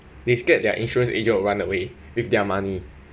they scared their insurance agent will run away with their money